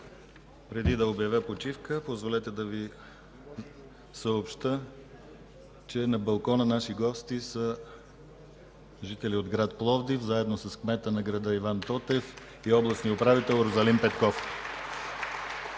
Преди да обявя почивка позволете да Ви съобщя, че на балкона наши гости са жители от град Пловдив, заедно с кмета на града Иван Тотев и областния управител Розалин Петков.